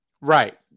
right